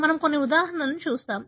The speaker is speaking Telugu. మనము కొన్ని ఉదాహరణలను చూస్తాము